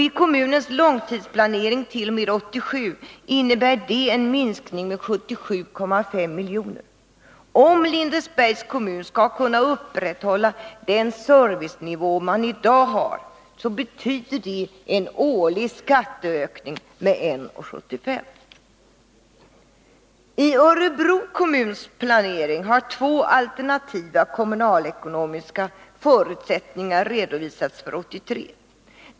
I kommunens långtidsplanering t.o.m. 1987 innebär det en minskning med 77,5 milj.kr. Om Lindesbergs kommun skall kunna upprätthålla den servicenivå man i dag har betyder det en årlig skatteökning med 1:75. I Örebro kommuns planering har två alternativa kommunalekonomiska förutsättningar redovisats för 1983.